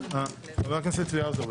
חבר הכנסת צבי האוזר,